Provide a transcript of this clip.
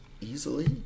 easily